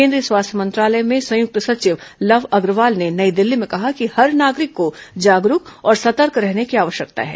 केंद्रीय स्वास्थ्य मंत्रालय में संयुक्त सचिव लव अग्रवाल ने नई दिल्ली में कहा कि हर नागरिक को जागरुक और सतर्क रहने की आवश्यकता है